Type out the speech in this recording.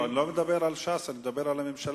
אני לא מדבר על ש"ס, אני מדבר כרגע על הממשלה.